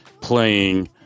playing